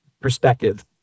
perspective